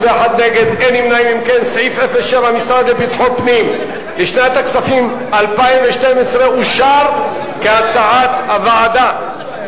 קבוצת סיעת קדימה של חברת הכנסת אורית זוארץ,